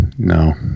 No